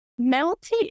melty